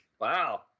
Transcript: Wow